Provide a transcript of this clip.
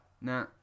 Nah